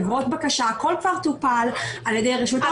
אגרות בקשה והכול כבר טופל על ידי רשות האוכלוסין.